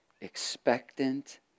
expectant